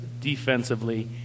defensively